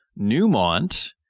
Newmont